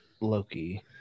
Loki